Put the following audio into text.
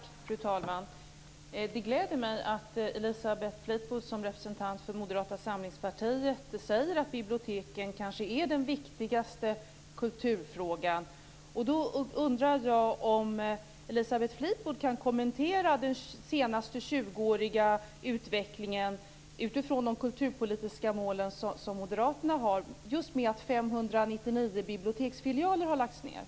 Fru talman! Det gläder mig att Elisabeth Fleetwood som representant för Moderata samlingspartiet säger att biblioteken kanske är den viktigaste kulturfrågan. Kan Elisabeth Fleetwood kommentera utvecklingen under de senaste 20 åren utifrån Moderaternas kulturpolitiska mål - detta med tanke på att